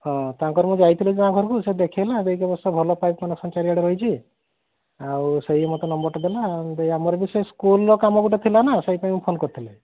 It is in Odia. ହଁ ତାଙ୍କର ମୁଁ ଯାଇଥିଲି ତାଙ୍କ ଘରକୁ ସେ ଦେଖେଇଲା ଦେଇକି ତୁମର ସବୁ ଭଲ ପାଇପ୍ କନେକ୍ସନ୍ ଚାରିଆଡ଼େ ରହିଛି ଆଉ ସେଇ ମୋତେ ନମ୍ବରଟା ଦେଲା ଦେଇ ଆମର ବି ସେ ସ୍କୁଲର କାମ ଗୋଟେ ଥିଲା ନା ସେଇପାଇଁ ମୁଁ ଫୋନ୍ କରିଥିଲି